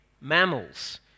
mammals